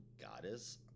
goddess